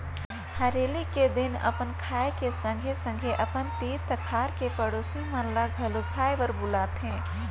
हरेली के दिन अपन खाए के संघे संघे अपन तीर तखार के पड़ोसी मन ल घलो खाए बर बुलाथें